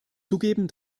zugeben